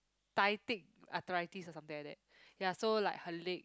~tytic arthritis or something like that ya so like her leg